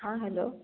हा हैलो